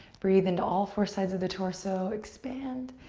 breathe into all four sides of the torso, expand.